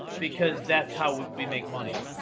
because that's how we we make money.